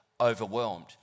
overwhelmed